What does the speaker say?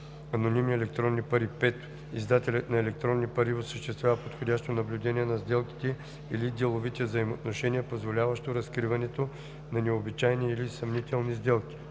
анонимни електронни пари; 5. издателят на електронни пари осъществява подходящо наблюдение на сделките или деловите взаимоотношения, позволяващо разкриването на необичайни или съмнителни сделки.